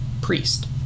priest